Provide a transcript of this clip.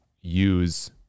use